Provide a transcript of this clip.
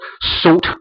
salt